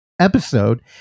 episode